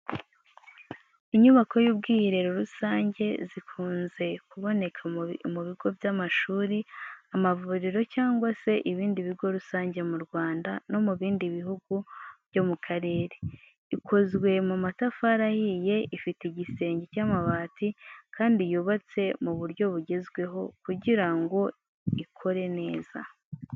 Inyubako y’ubwiherero rusange, zikunze kuboneka ku bigo by’amashuri, amavuriro cyangwa ibindi bigo rusange mu Rwanda no mu bindi bihugu byo mu karere. Ikozwe mu matafari ahiye, ifite igisenge cy'amabati kandi yubatse mu buryo bugezweho kugira ngo ikore neza.